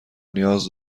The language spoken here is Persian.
نیاز